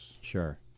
sure